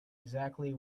exactly